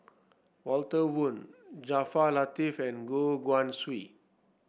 Walter Woon Jaafar Latiff and Goh Guan Siew